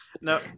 No